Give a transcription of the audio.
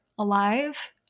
alive